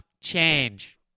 Change